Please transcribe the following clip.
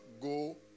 go